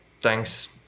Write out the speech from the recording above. thanks